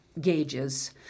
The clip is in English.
gauges